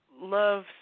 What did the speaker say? love